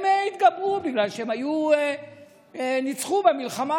הם התגברו בגלל שהם ניצחו במלחמה.